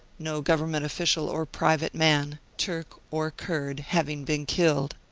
no government official or private man, turk or kurd, having been killed.